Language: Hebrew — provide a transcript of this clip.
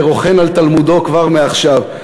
רוכן על תלמודו כבר מעכשיו.